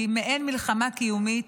שהיא מעין מלחמה קיומית,